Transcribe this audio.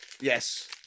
Yes